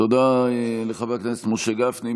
תודה לחבר הכנסת משה גפני.